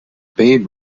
babe